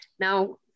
Now